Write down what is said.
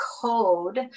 code